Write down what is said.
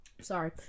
sorry